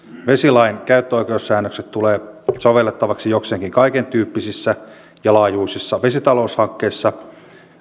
vesilain käyttöoikeussäännökset tulevat sovellettaviksi jokseenkin kaikentyyppisissä ja laajuisissa vesitaloushankkeissa